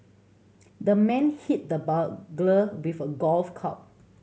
the man hit the burglar with a golf club